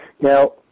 Now